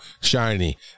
shiny